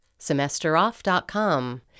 Semesteroff.com